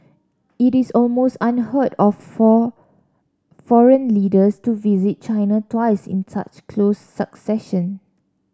it is almost unheard of for foreign leaders to visit China twice in such close succession